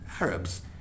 Arabs